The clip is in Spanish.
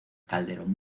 calderón